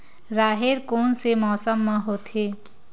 राहेर कोन से मौसम म होथे?